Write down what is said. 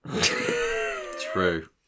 True